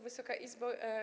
Wysoka Izbo!